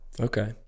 Okay